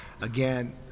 again